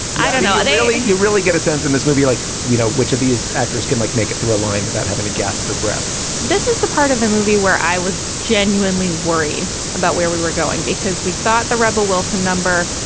i don't know they only really get a sense in this movie, like we know which of these actors can like make it through a line without having to gasp for breath this is the part of the movie where i was genuinely worried about where we were going because we got the rebel wilson no,